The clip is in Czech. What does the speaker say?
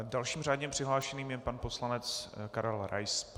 Dalším řádně přihlášeným je pan poslanec Karel Rais.